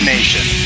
Nation